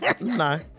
no